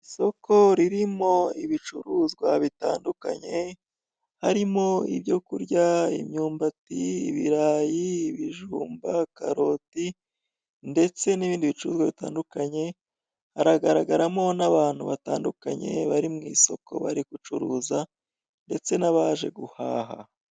Isoko ririmo ibicuruzwa bitandukanye harimo; ibyo kurya, imyumbati, ibirayi, bijumba, karoti ndetse n'ibindi bicuruzwa bitandukanye, haragaragaramo n'abantu batandukanye bari mu isoko bari gucuruza ndetse n'abaje guhaha.